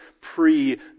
pre